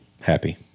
happy